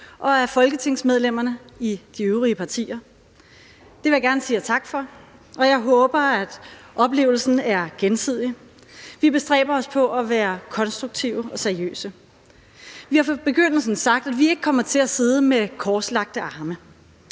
og folketingsmedlemmerne i de øvrige partier. Det vil jeg gerne sige jer tak for, og jeg håber, at oplevelsen er gensidig. Vi bestræber os på at være konstruktive og seriøse. Vi har fra begyndelsen sagt, at vi ikke kommer til at sidde med korslagte arme.